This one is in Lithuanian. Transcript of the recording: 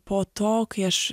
po to kai aš